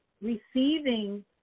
receiving